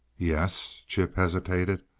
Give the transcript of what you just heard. e s chip hesitated.